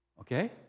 Okay